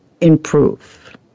improve